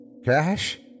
Cash